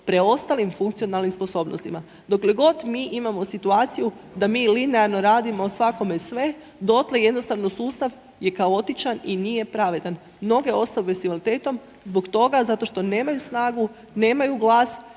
preostalim funkcionalnim sposobnostima. Dokle god mi imamo situaciju da mi linearno radimo svako sve, dotle jednostavno sustav je kaotičan i nije pravedan. Mnoge osobe s invaliditetom, zbog toga, zbog toga što nemaju snagu, nemaju glas